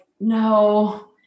no